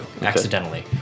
Accidentally